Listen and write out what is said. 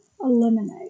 eliminate